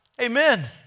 amen